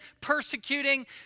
persecuting